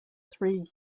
three